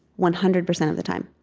one hundred percent of the time.